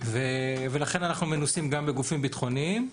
ולכן אנחנו מנוסים גם בגופים ביטחוניים.